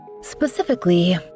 Specifically